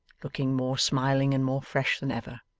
looking more smiling and more fresh than ever.